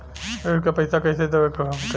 ऋण का पैसा कइसे देवे के होई हमके?